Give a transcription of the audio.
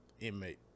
inmate